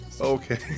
Okay